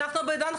הדוגמה היא,